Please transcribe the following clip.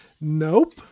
Nope